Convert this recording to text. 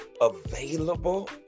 available